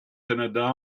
canada